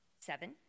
seven